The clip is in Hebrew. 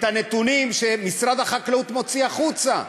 את הנתונים שמשרד החקלאות מוציא החוצה.